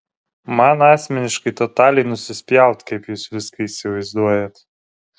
man asmeniškai totaliai nusispjaut kaip jūs viską įsivaizduojat